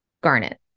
garnet